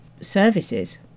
services